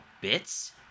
bits